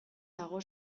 dago